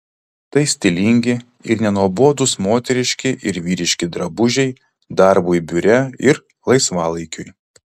tai stilingi ir nenuobodūs moteriški ir vyriški drabužiai darbui biure ir laisvalaikiui